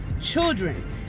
children